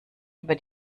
über